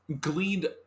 gleaned